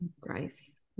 grace